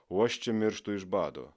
o aš čia mirštu iš bado